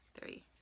Three